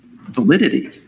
validity